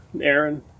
Aaron